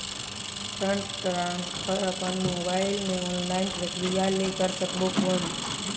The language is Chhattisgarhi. फंड ट्रांसफर अपन मोबाइल मे ऑनलाइन प्रक्रिया ले कर सकबो कौन?